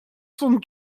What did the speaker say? sont